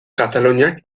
kataluniak